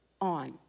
on